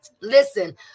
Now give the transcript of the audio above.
Listen